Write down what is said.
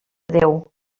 déu